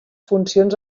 funcions